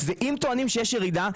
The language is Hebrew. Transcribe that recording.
אם טוענים שיש ירידה,